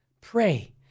pray